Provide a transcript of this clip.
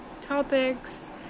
topics